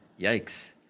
Yikes